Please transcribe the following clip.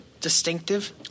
distinctive